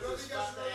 בעברית.